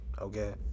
okay